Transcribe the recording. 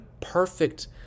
perfect